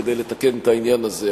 כדי לתקן את העניין הזה.